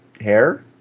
hair